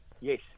Yes